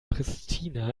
pristina